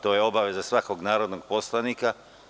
To je obaveza svakog narodnog poslanika.